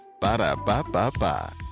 Ba-da-ba-ba-ba